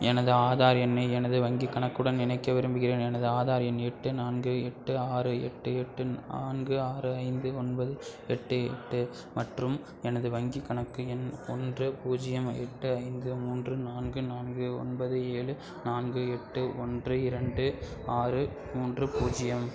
எனது ஆதார் எண்ணை எனது வங்கிக் கணக்குடன் இணைக்க விரும்புகிறேன் எனது ஆதார் எண் எட்டு நான்கு எட்டு ஆறு எட்டு எட்டு நான்கு ஆறு ஐந்து ஒன்பது எட்டு எட்டு மற்றும் எனது வங்கிக் கணக்கு எண் ஒன்று பூஜ்ஜியம் எட்டு ஐந்து மூன்று நான்கு நான்கு ஒன்பது ஏழு நான்கு எட்டு ஒன்று இரண்டு ஆறு மூன்று பூஜ்ஜியம்